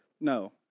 No